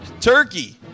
turkey